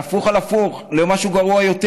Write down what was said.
בהפוך על הפוך, למשהו גרוע יותר,